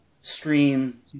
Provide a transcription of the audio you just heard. Stream